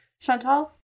chantal